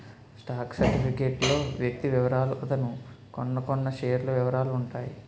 stock certificate లో వ్యక్తి వివరాలు అతను కొన్నకొన్న షేర్ల వివరాలు ఉంటాయి